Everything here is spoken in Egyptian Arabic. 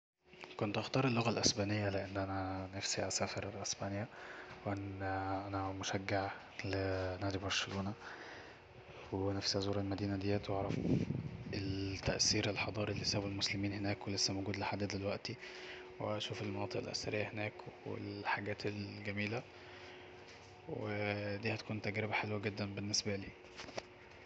كنت هختار اللغة الاسبانية لأن أنا نفسي اسافر اسبانيا لأن أنا مشجع لنادي برشلونة ونفسي ازور المدينة ديت واعرف التأثير الحضاري اللي سابه المسلمين هناك ولسه موجود لحد دلوقتي وأشوف المناطق الأثرية هناك والحاجات الجميلة ودي هتكون تجربة حلوة جدا بالنسبالي